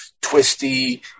Twisty